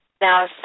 Now